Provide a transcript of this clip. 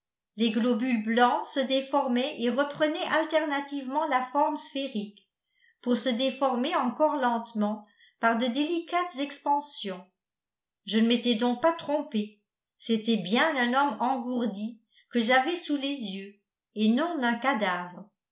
les globules blancs se déformaient et reprenaient alternativement la forme sphérique pour se déformer encore lentement par de délicates expansions je ne m'étais donc pas trompé c'était bien un homme engourdi que j'avais sous les yeux et non un cadavre